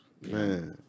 Man